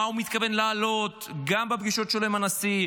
מה הוא מתכוון להעלות גם בפגישות שלו עם הנשיא,